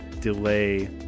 delay